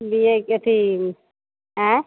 बियै की अथी आँय